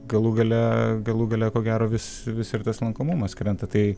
galų gale galų gale ko gero vis vis ir tas lankomumas krenta tai